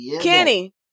Kenny